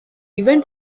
event